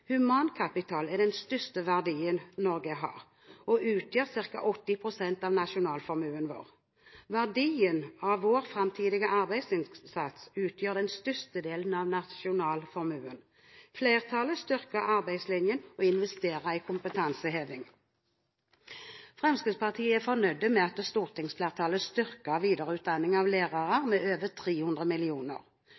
Humankapitalen er den største verdien Norge har, og utgjør ca. 80 pst. av nasjonalformuen vår. Verdien av vår framtidige arbeidsinnsats utgjør den største delen av nasjonalformuen. Flertallet styrker arbeidslinjen og investerer i kompetanseheving. Fremskrittspartiet er fornøyd med at stortingsflertallet styrker videreutdanning av lærere